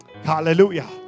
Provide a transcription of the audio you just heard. hallelujah